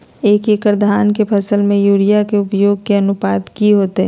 एक एकड़ धान के फसल में यूरिया के उपयोग के अनुपात की होतय?